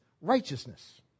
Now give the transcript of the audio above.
righteousness